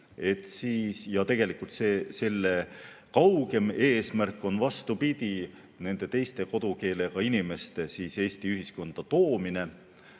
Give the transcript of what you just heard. Tegelikult kaugem eesmärk on, vastupidi, nende teiste kodukeelega inimeste Eesti ühiskonda toomine,